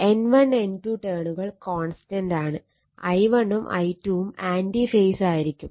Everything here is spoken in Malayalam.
N1 N2 ടേണുകൾ കോൺസ്റ്റന്റാണ് I1 ഉം I2 ഉം ആൻറി ഫേസ് ആയിരിക്കും